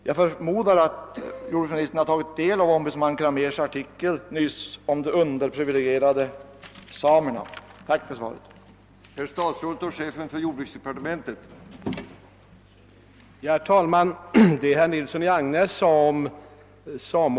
Jag förutsätter att jordbruksministern också har uppmärksammat ombudsman Cramérs artikel, »De underprivilegierade samerna». Jag tackar än en gång för svaret.